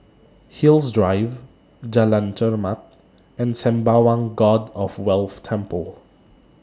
Hillside Drive Jalan Chermat and Sembawang God of Wealth Temple